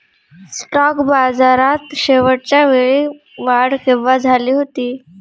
Stock बाजारात शेवटच्या वेळी वाढ केव्हा झाली होती?